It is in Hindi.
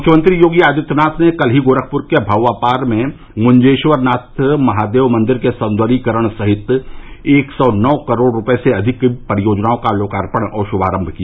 मुख्यमंत्री योगी आदित्यनाथ ने कल ही गोरखपुर के भौवापार में मुजेश्वरनाथ महादेव मंदिर के सौन्दर्यीकरण सहित एक सौ नौ करोड़ रूपये से अधिक की परियोजनाओं का लोकार्पण और शुभारम्भ किया